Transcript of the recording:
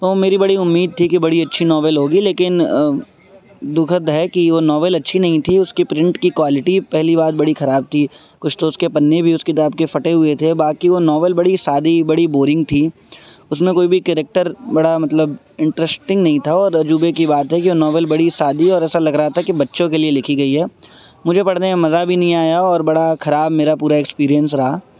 تو میری بڑی امید تھی کہ بڑی اچھی ناول ہوگی لیکن دکھد ہے کہ وہ ناول اچھی نہیں تھی اس کی پرنٹ کی کوالٹی پہلی بات بڑی خراب تھی کچھ تو اس کے پنے بھی اس کتاب کے فٹے ہوئے تھے باقی وہ ناول بڑی سادی بڑی بورنگ تھی اس میں کوئی بھی کریکٹر بڑا مطلب انٹریسٹنگ نہیں تھا اور عجوبے کی بات ہے کہ وہ ناول بڑی سادی اور ایسا لگ رہا تھا کہ بچوں کے لیے لکھی گئی ہے مجھے پڑھنے میں مزہ بھی نہیں آیا اور بڑا خراب میرا پورا ایکسپیریئنس رہا